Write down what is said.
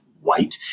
white